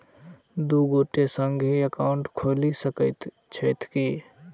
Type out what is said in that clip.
दु गोटे संगहि एकाउन्ट खोलि सकैत छथि की?